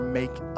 make